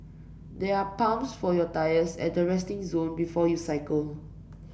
there are pumps for your tyres at the resting zone before you cycle